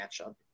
matchup